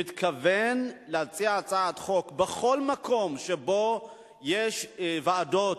מתכוון להציע הצעת חוק, בכל מקום שבו יש ועדות,